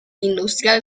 industrial